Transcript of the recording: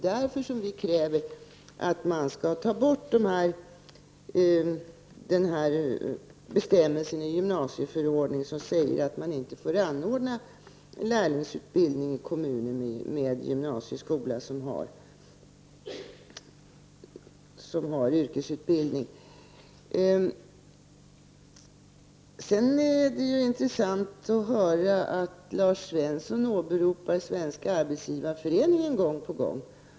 Därför kräver vi att man skall ta bort bestämmelsen i gymnasieförordningen, som säger att man inte får anordna lärlingsutbildning i kommuner med gymnasieskola som har yrkesutbildning. Det var intressant att höra att Lars Svensson gång på gång åberopade Svenska arbetsgivareföreningen.